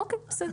אוקיי, בסדר.